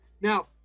Now